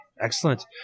Excellent